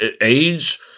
AIDS